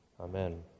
Amen